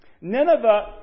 Nineveh